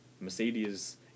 Mercedes